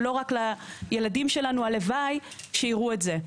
ולא רק לילדים שלנו הלוואי שיראו את זה.